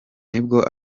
nibwo